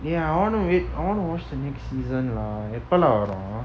ya I want to watch the next season lah